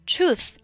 Truth